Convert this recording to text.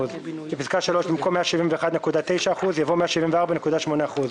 (ג)בפסקה (3), במקום "171.9%" יבוא "174.8%".